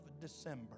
December